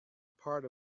part